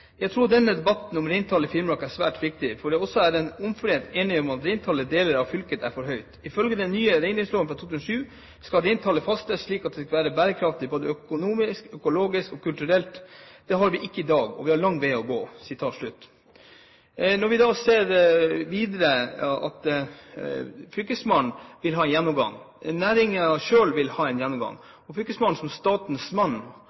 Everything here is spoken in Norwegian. jeg også framover prioritere og ha stor oppmerksomhet omkring dette arbeidet. Det blir replikkordskifte. Komiteens medlemmer viser til Arbeiderpartiets stortingsrepresentant Kåre Simensen, som under behandlingen av en interpellasjon den 11. mars 2010 uttalte: «Jeg tror denne debatten om reintallet i Finnmark er svært viktig, fordi det også er en omforent enighet om at reintallet i deler av fylket er for høyt. Ifølge den nye reindriftsloven fra 2007 skal reintallet fastsettes slik at det skal være bærekraftig både økologisk, økonomisk og kulturelt. Der er vi ikke i dag, og vi har en